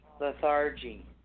Lethargy